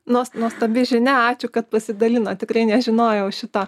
nuos nuostabi žinia ačiū kad pasidalinot tikrai nežinojau šito